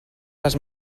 les